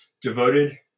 devoted